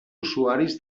usuaris